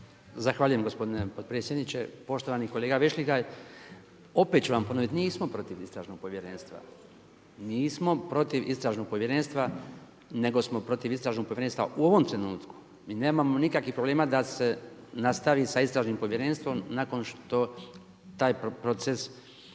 Zahvaljujem gospodine potpredsjedniče. Poštovani kolega Vešligaj, opet ću vam ponoviti, nismo protiv istražnog povjerenstva, nismo protiv istražnog povjerenstva nego smo protiv istražnog povjerenstva u ovom trenutku. Mi nemamo nikakvih problema da se nastavi sa istražnim povjerenstvom nakon što taj proces